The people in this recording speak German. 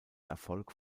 erfolg